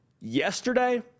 Yesterday